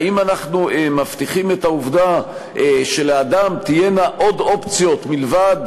האם אנחנו מבטיחים את העובדה שלאדם תהיינה עוד אופציות מלבד,